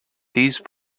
these